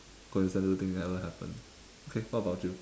coincidental think that ever happened okay what about you